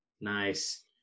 Nice